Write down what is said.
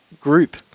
group